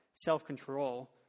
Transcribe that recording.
self-control